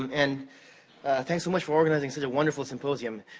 and thanks so much for organizing such a wonderful symposium.